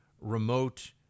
remote